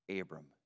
Abram